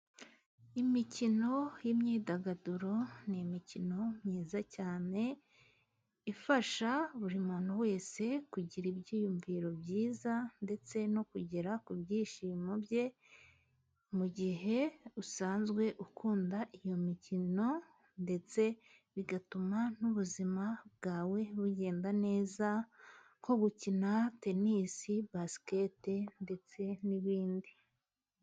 Imikino y'imyidagaduro ni imikino myiza cyane. Ifasha buri muntu wese kugira ibyiyumviro byiza, ndetse no kugera ku byishimo bye, mu gihe asanzwe akunda iyo mikino, ndetse bigatuma n'ubuzima bwe bugenda neza. Nko gukina tenisi, basikete ndetse n'ibindi.